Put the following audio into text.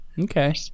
okay